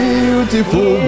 Beautiful